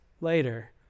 later